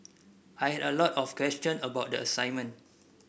I had a lot of question about the assignment